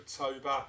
October